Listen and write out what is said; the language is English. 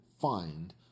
find